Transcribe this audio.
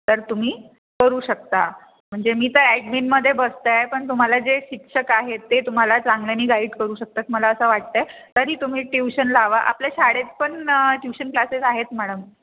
तर तुम्ही करू शकता म्हणजे मी तर ॲडमिनमध्ये बसत आहे पण तुम्हाला जे शिक्षक आहेत ते तुम्हाला चांगल्यानी गाईड करू शकतात मला असं वाटतं आहे तरी तुम्ही ट्यूशन लावा आपल्या शाळेत पण ट्यूशन क्लासेस आहेत मॅडम